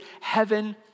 heaven